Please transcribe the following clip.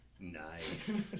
Nice